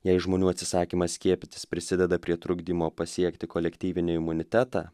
jei žmonių atsisakymas skiepytis prisideda prie trukdymo pasiekti kolektyvinį imunitetą